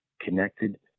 connected